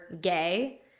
gay